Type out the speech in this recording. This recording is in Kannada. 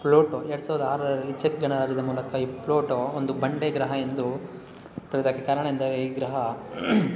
ಪ್ಲೂಟೋ ಎರಡು ಸಾವಿರದ ಆರರಲ್ಲಿ ಚೆಕ್ ಗಣರಾಜ್ಯದ ಮೂಲಕ ಈ ಪ್ಲೂಟೋ ಒಂದು ಬಂಡೆಗ್ರಹ ಎಂದು ತೆಗ್ದಾಕಿದ ಕಾರಣ ಎಂದರೆ ಈ ಗ್ರಹ